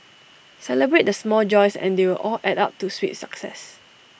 celebrate the small joys and they will all add up to sweet success